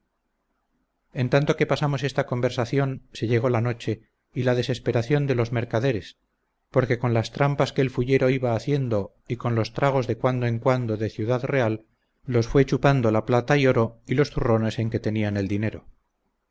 en tanto que pasamos esta conversación se llegó la noche y la desesperación de los mercaderes porque con las trampas que el fullero iba haciendo y con los tragos de cuando en cuando de ciudad real los fue chupando la plata y oro y los zurrones en que tenían el dinero